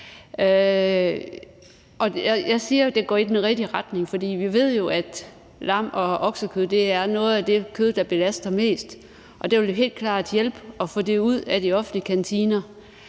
Jeg siger, at det går i den rigtige retning, for vi ved jo, at lammekød og oksekød er noget af det kød, der belaster mest, og det vil helt klart hjælpe at få det ud af de offentlige kantiner.